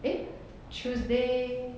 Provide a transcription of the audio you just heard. eh tuesday